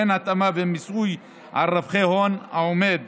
אין התאמה במיסוי על רווחי ההון, העומד